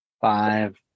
Five